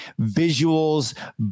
visuals